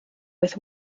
with